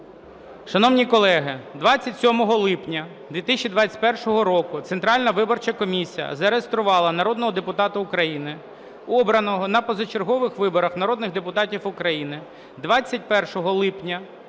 Шановні колеги, 27 липня 2021 року Центральна виборча комісія зареєструвала народного депутата України, обраного на позачергових виборах народних депутатів України 21 липня 2019